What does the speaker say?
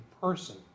person